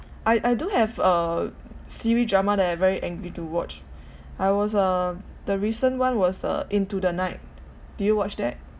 I I do have a serial drama that I very angry to watch I was uh the recent one was uh into the night did you watch that